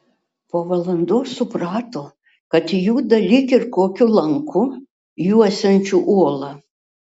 po valandos suprato kad juda lyg ir kokiu lanku juosiančiu uolą